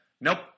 Nope